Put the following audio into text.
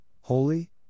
holy